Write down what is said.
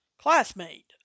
classmate